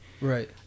Right